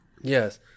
Yes